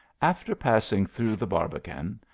after passing through the barbican,